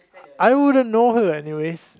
I wouldn't know her anyways